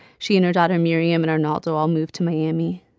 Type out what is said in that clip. she and her daughter miriam and arnaldo all move to miami